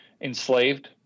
enslaved